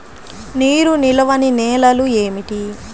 నీరు నిలువని నేలలు ఏమిటి?